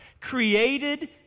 created